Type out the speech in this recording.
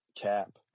cap